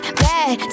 bad